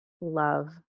love